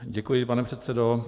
Děkuji, pane předsedo.